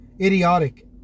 idiotic